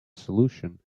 solution